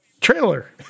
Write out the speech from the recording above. trailer